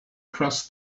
cross